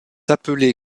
appelé